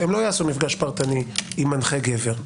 לא יעשו מפגש פרטני עם מנחה גבר.